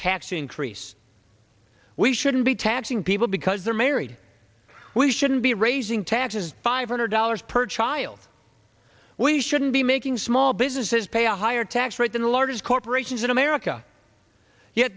tax increase we shouldn't be taxing people because they're married we shouldn't be raising taxes five hundred dollars per child we shouldn't be making small businesses pay a higher tax rate than the largest corporations in america ye